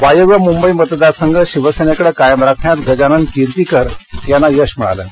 वायव्य मुंबई मतदारसंघ शिवसेनेकडे कायम राखण्यात गजानन कीर्तींकर यांना यश मिळालं आहे